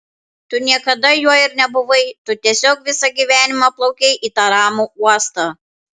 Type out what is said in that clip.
tu niekada juo ir nebuvai tu tiesiog visą gyvenimą plaukei į tą ramų uostą